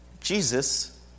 Jesus